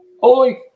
holy